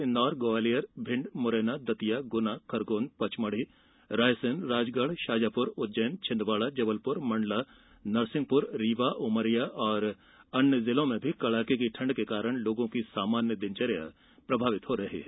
इंदौर ग्वालियर भिंड मुरैना दतिया ग्ना खरगोन पचमढ़ी रायसेन राजगढ़ शाजापुर उज्जैन छिंदवाड़ा जबलपुर मंडला नरसिंहपुर रीवा उमरिया और अन्य जिलों में भी कड़ाके की ठंड के कारण लोगों की सामान्य दिनचर्या प्रभावित हो रही है